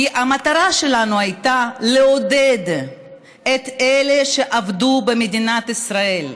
כי המטרה שלנו הייתה לעודד את אלה שעבדו במדינת ישראל.